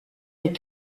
est